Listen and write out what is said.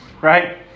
right